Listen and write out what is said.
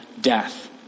death